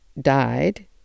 died